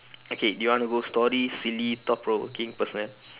okay you want go story silly thought provoking personal